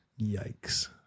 Yikes